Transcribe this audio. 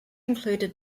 included